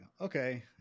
okay